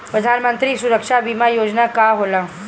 प्रधानमंत्री सुरक्षा बीमा योजना का होला?